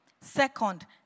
Second